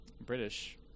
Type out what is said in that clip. British